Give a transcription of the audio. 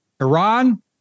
Iran